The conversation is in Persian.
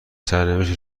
سرنوشتی